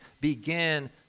begin